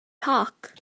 talk